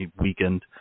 weakened